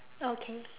okay